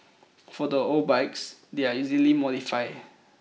for the old bikes they're easily modify